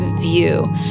view